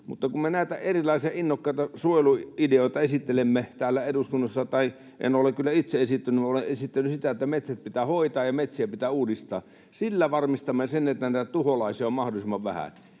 Mutta kun me näitä erilaisia innokkaita suojeluideoita esittelemme täällä eduskunnassa... Tai en ole kyllä itse esittänyt, vaan olen esittänyt sitä, että metsät pitää hoitaa ja metsiä pitää uudistaa. Sillä varmistamme sen, että näitä tuholaisia on mahdollisimman vähän,